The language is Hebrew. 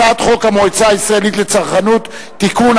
הצעת חוק המועצה הישראלית לצרכנות (תיקון),